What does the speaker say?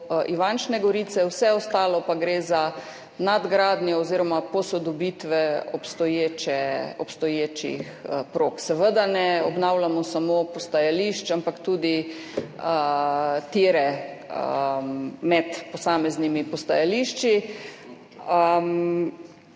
Ivančne Gorice. Vse ostalo pa gre za nadgradnjo oziroma posodobitve obstoječih prog. Seveda ne obnavljamo samo postajališč, ampak tudi tire med posameznimi postajališči.